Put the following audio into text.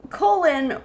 colon